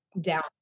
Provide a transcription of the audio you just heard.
down